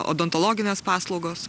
odontologinės paslaugos